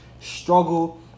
struggle